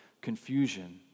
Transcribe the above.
confusion